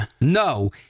No